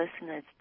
listeners